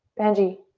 benji.